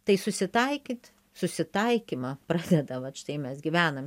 tai susitaikyt susitaikymą prasideda vat štai mes gyvenam